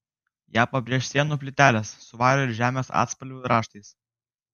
ją pabrėš sienų plytelės su vario ir žemės atspalvių raštais